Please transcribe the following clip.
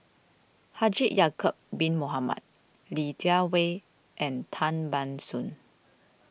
Haji Ya'Acob Bin Mohamed Li Jiawei and Tan Ban Soon